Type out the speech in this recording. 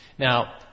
Now